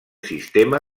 sistema